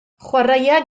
chwaraea